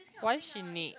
why she need